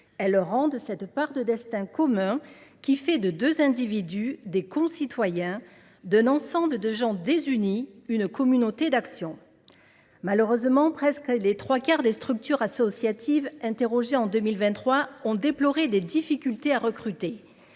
leur rendent cette part de destin commun qui fait de deux individus des concitoyens, d’un ensemble de gens désunis une communauté d’action. Malheureusement, près des trois quarts des structures associatives interrogées en 2023 ont déploré des difficultés à recruter.